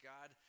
God